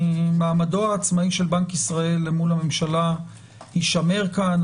מעמדו העצמאי של בנק ישראל מול הממשלה יישמר כאן.